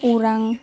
अरां